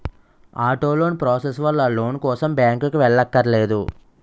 auto loan process వల్ల loan కోసం బ్యాంకుకి వెళ్ళక్కర్లేదు